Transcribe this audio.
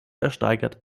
ersteigert